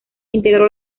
integró